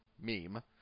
meme